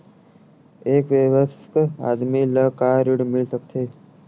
एक वयस्क आदमी ला का ऋण मिल सकथे?